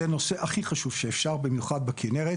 הערה נוספת זה הנושא הכי חשוב, במיוחד בכינרת